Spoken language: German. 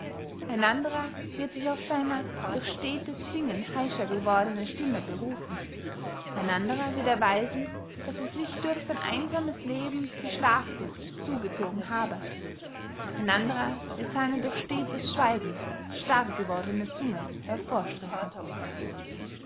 ein anderer wird sich auf seiner durch stetes singen heischer gewordene stimme berufen ein anderer wird erweisen daß er sich durch sein einsames leben die schlafsucht zugezogen habe ein anderer wird seine durch stetes schweigen starrgewordene zunge